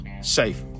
safe